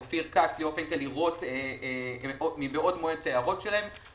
אופיר כץ- -- מבעוד מועד את ההערות שלהם.